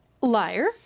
Liar